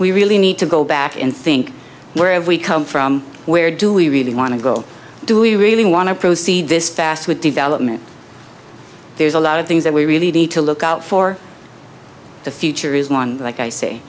we really need to go back and think where we come from where do we really want to go do we really want to proceed this fast with development there's a lot of things that we really need to look out for the future is one like i say